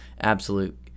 absolute